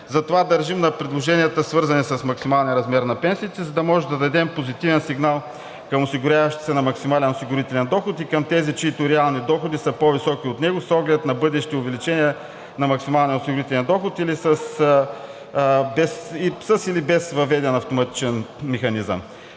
затова държим на предложенията, свързани с максималния размер на пенсиите, за да можем да дадем позитивен сигнал към осигуряващите се на максимален осигурителен доход и към тези, чиито реални доходи са по-високи от него с оглед на бъдещи увеличения на максималния осигурителен доход или със, или без въведен автоматичен механизъм.